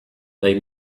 they